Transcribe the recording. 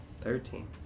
Thirteen